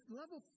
level